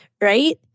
right